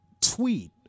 tweet